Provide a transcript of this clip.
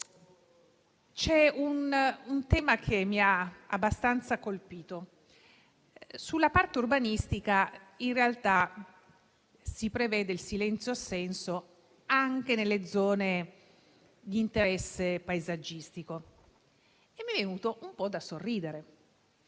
C'è un tema che mi ha abbastanza colpito. Sulla parte urbanistica, in realtà, si prevede il silenzio assenso anche nelle zone di interesse paesaggistico. Mi è venuto un po' da sorridere.